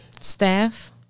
staff